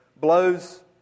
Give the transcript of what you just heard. blows